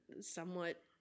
somewhat